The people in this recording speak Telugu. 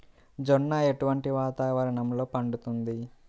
జొన్న ఎటువంటి వాతావరణంలో పండుతుంది?